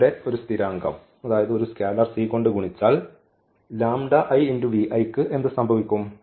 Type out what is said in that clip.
ഇവിടെ ഒരു സ്ഥിരാങ്കം ഒരു സ്കെയിലർ c കൊണ്ട് ഗുണിച്ചാൽ ക്ക് എന്ത് സംഭവിക്കും